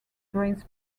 drains